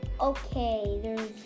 Okay